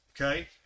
Okay